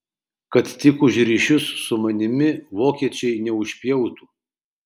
kad tik už ryšius su manimi vokiečiai neužpjautų